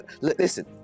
Listen